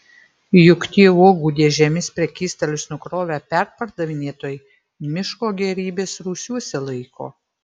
juk tie uogų dėžėmis prekystalius nukrovę perpardavinėtojai miško gėrybes rūsiuose laiko